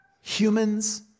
humans